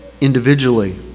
individually